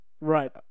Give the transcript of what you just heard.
Right